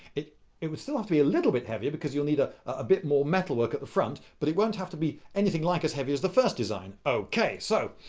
it it would still have to be a little bit heavier, because you'll need a ah bit more metalwork at the front, but it won't have to be anything like as heavy as the first design. okay! so.